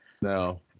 No